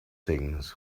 things